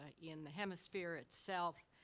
ah in the hemisphere itself,